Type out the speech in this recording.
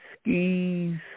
skis